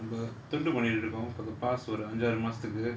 அப்ப:appa for the past அஞ்சு ஆறு மாசத்துக்கு:anju aaru maasathuku